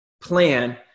plan